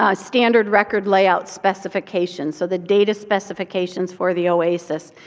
ah standard record layout specifications, so the data specifications for the oasis.